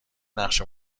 نقش